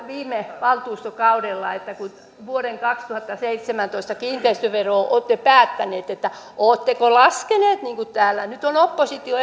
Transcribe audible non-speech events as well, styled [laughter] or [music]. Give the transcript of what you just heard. viime valtuustokaudella kun vuoden kaksituhattaseitsemäntoista kiinteistöverosta olette päättäneet että oletteko laskeneet niin kuin täällä nyt on oppositio [unintelligible]